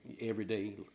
everyday